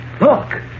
Look